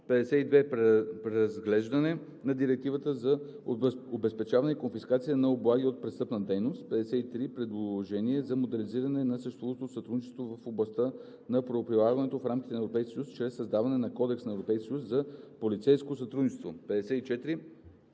52. Преразглеждане на Директивата за обезпечаване и конфискация на облаги от престъпна дейност. 53. Предложение за модернизиране на съществуващото сътрудничество в областта на правоприлагането в рамките на Европейския съюз чрез създаване на кодекс на Европейския съюз за полицейско сътрудничество. 54.